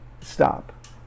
Stop